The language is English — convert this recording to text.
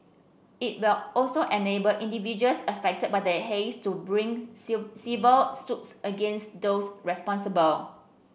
it will also enable individuals affected by the haze to bring civil suits against those responsible